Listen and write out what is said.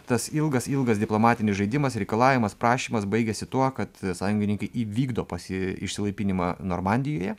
tas ilgas ilgas diplomatinis žaidimas reikalavimas prašymas baigėsi tuo kad sąjungininkai įvykdo pasi išsilaipinimą normandijoje